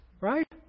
Right